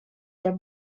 der